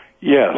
Yes